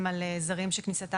מתוך 23,247 כניסות